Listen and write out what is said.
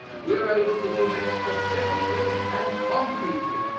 we are able to give it specifically and concretely.